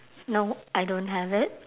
no I don't have it